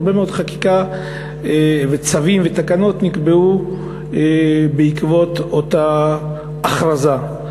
הרבה מאוד חוקים וצווים ותקנות נקבעו בעקבות אותה הכרזה.